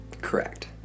Correct